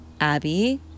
abby